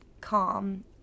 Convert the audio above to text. Calm